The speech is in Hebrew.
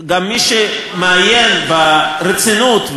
גם מי שמעיין ברצינות,